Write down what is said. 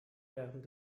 während